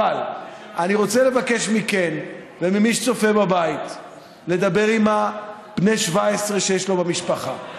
אבל אני רוצה לבקש מכן וממי שצופה בבית לדבר עם בני ה-17 שיש לו במשפחה,